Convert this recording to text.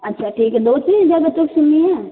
अच्छा ठीक है दो तीन हजार बच्चों की सिलनी हैं